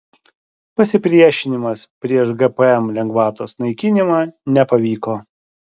pasipriešinimas prieš gpm lengvatos naikinimą nepavyko